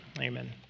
amen